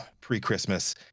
pre-Christmas